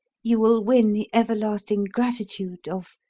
you will win the everlasting gratitude of,